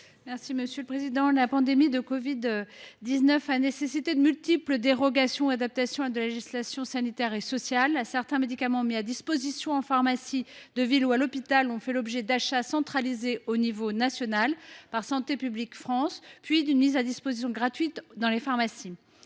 Mme Anne Souyris. Depuis la pandémie de covid 19, qui a nécessité de nombreuses dérogations ou adaptations à la législation sanitaire et sociale, certains médicaments mis à disposition en pharmacie de ville ou à l’hôpital font l’objet d’achats centralisés au niveau national, par Santé publique France, puis d’une mise à disposition gratuite aux pharmacies.